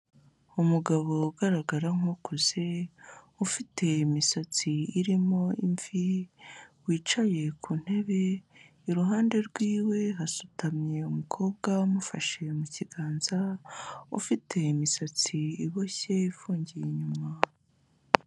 Umugabo ugaragara nk'ukuze, ufite imisatsi irimo imvi, wicaye ku ntebe, iruhande rwiwe hasutamye umukobwa amufashe mu kiganza, ufite imisatsi iboshye ifungiye inyuma.